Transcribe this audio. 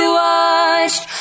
watched